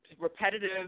repetitive